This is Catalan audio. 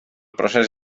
procés